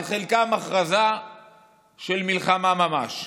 על חלקם הכרזה של מלחמה ממש.